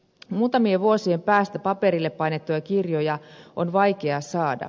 muutamien vuosien päästä paperille painettuja kirjoja on vaikea saada